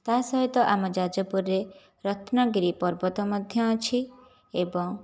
ତା' ସହିତ ଆମ ଯାଜପୁରରେ ରତ୍ନଗିରି ପର୍ବତ ମଧ୍ୟ ଅଛି ଏବଂ